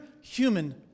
human